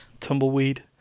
Tumbleweed